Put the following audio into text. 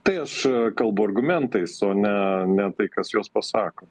tai aš kalbu argumentais o ne ne tai kas juos pasako